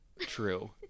True